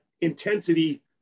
intensity